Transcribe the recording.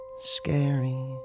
scary